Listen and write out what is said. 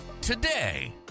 today